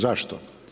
Zašto?